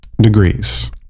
degrees